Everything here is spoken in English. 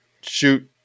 shoot